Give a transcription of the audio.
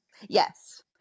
Yes